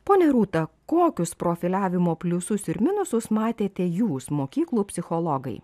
ponia rūta kokius profiliavimo pliusus ir minusus matėte jūs mokyklų psichologai